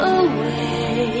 away